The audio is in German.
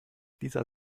dieser